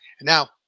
Now